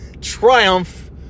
triumph